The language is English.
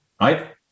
right